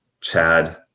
Chad